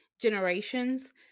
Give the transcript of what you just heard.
generations